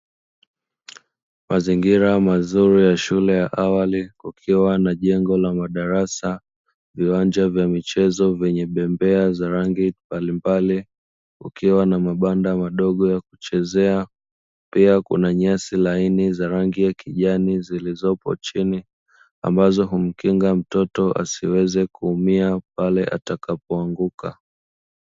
Mazingira mazuri ya shule ya awali kukiwa na jengo la madarasa, viwanja vya michezo vyenye bembea vyenye rangi mbalimbali, kukiwa na mabanda madogo ya kucheza, pia kuna nyasi laini za kijani zilizopo chini ambazo humkinga mtoto asiweze kuumia pale atakapo anguka.